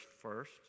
first